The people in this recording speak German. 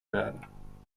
werden